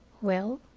well,